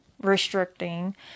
restricting